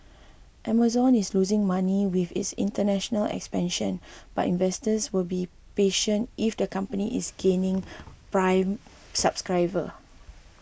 Amazon is losing money with its international expansion but investors will be patient if the company is gaining Prime subscriber